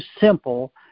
simple